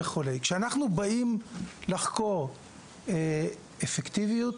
כשאנחנו באים לחקור אפקטיביות,